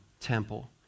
temple